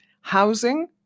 Housing